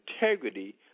integrity